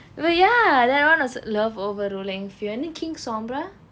but ya that one was love overruling fear you know king sondra